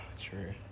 True